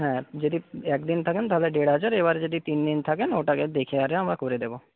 হ্যাঁ যদি একদিন থাকেন তাহলে দেড়হাজার এবারে যদি তিনদিন থাকেন ওটাকে দেখে আরে আমরা করে দেব